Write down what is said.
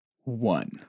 one